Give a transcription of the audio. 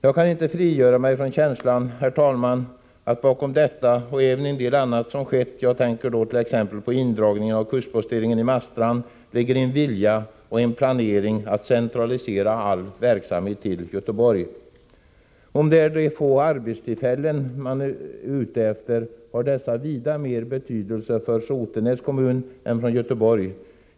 Jag kan inte frigöra mig från känslan, herr talman, att bakom detta och även en del annat som skett — jag tänker då t.ex. på indragningen av kustposteringen i Marstrand — ligger en vilja och en planering för att centralisera all verksamhet till Göteborg. Om det är de få arbetstillfällena man är ute efter, har dessa vida större betydelse för Sotenäs kommun än för Göteborg.